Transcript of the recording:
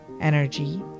energy